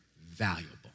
valuable